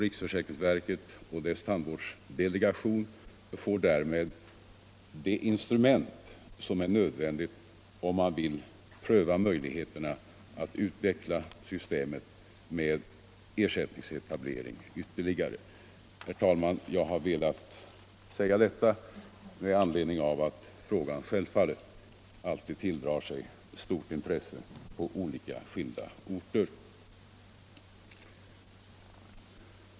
Riksförsäkringsverket och dess tandvårdsdelegation får därmed det instrument som är nödvändigt, om man vill pröva möjligheterna att utveckla systemet med ersättningsetablering ytterligare. Herr talman! Jag har velat säga detta med anledning av att frågan självfallet alltid tilldrar sig stort intresse på skilda orter.